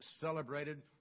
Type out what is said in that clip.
celebrated